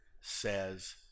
says